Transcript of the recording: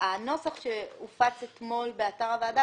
הנוסח שהופץ אתמול באתר הוועדה,